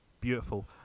Beautiful